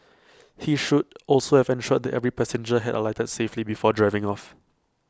he should also have ensured that every passenger had alighted safely before driving off